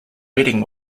wedding